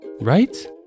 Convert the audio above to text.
right